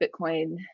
Bitcoin